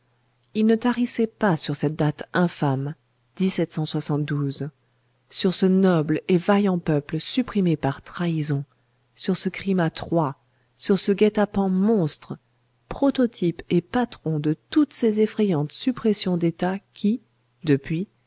il ne tarissait pas sur cette date infâme sur ce noble et vaillant peuple supprimé par trahison sur ce crime à trois sur ce guet-apens monstre prototype et patron de toutes ces effrayantes suppressions d'états qui depuis